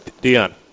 Dion